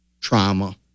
trauma